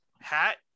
hat